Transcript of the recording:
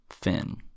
Finn